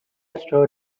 store